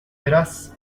verás